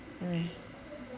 mm